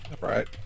Right